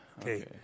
Okay